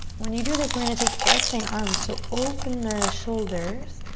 when you do this we're gonna take airplane arms so open the shoulders.